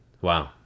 Wow